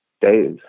days